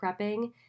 prepping